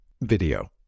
video